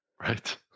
Right